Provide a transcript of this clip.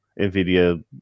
NVIDIA